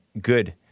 good